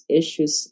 issues